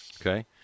Okay